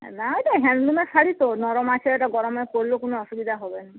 না ওই তো হ্যান্ডলুমের শাড়ি তো নরম আছে ওইটা গরমে পরলেও কোনো অসুবিধা হবে না